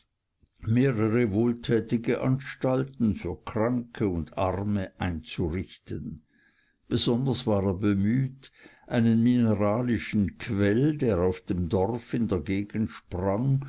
mehrere wohltätige anstalten für kranke und arme einzurichten besonders war er bemüht einen mineralischen quell der auf einem dorf in der gegend sprang